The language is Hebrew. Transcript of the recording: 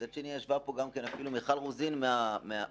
מצד אחר ישבה פה מיכל רוזין מהקואליציה,